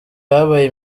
habaye